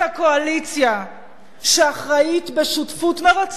זאת הקואליציה שאחראית, בשותפות מרצון